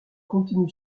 continue